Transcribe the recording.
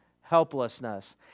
helplessness